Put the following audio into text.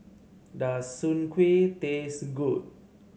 does Soon Kuih taste good